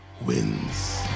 wins